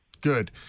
Good